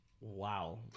Wow